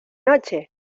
noche